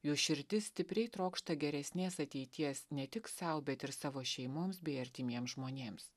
jų širdis stipriai trokšta geresnės ateities ne tik sau bet ir savo šeimoms bei artimiem žmonėms